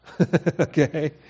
Okay